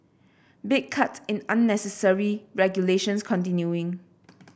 big cuts in unnecessary regulations continuing